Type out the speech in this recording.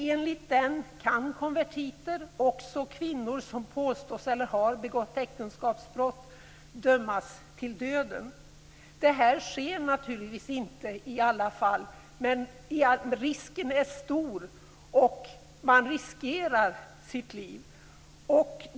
Enligt den kan konvertiter och kvinnor som påstås eller har begått äktenskapsbrott dömas till döden. Det här sker naturligtvis inte i alla fall. Men risken är stor och man riskerar sitt liv.